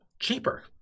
cheaper